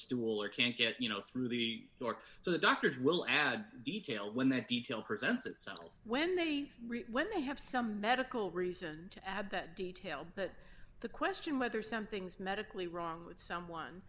stool or can't get you know through the door so the doctors will add detail when that detail presents itself when they when they have some medical reason to add that detail but the question whether something's medically wrong with someone